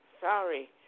Sorry